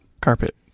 Carpet